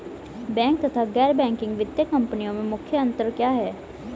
Bank तथा गैर banking वित्तीय कंपनियों में मुख्य अंतर क्या है?